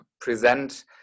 Present